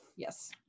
Yes